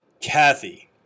Kathy